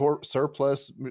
surplus